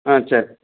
ஆ சரி